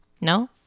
No